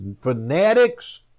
fanatics